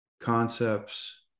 concepts